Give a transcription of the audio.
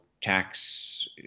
tax